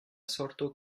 sorto